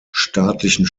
staatlichen